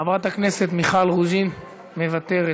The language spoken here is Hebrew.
חברת הכנסת מיכל רוזין, מוותרת.